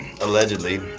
allegedly